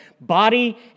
body